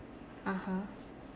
(uh huh)